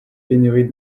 pénurie